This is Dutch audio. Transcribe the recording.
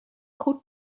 goed